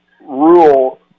rule